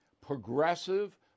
progressive